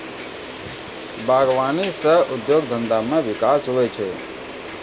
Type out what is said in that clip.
बागवानी से उद्योग धंधा मे बिकास हुवै छै